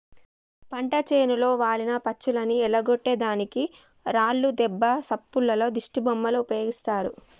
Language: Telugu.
పంట చేనులో వాలిన పచ్చులను ఎల్లగొట్టే దానికి రాళ్లు దెబ్బ సప్పుల్లో దిష్టిబొమ్మలు ఉపయోగిస్తారు